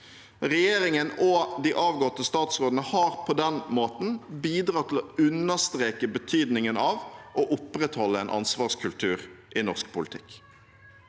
Regjeringen og de avgåtte statsrådene har på den måten bidratt til å understreke betydningen av å opprettholde en ansvarskultur i norsk politikk.